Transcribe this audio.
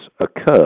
occur